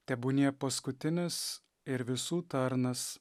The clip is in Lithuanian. tebūnie paskutinis ir visų tarnas